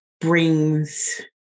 brings